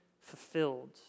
fulfilled